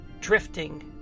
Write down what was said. drifting